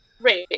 Right